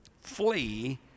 flee